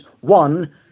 one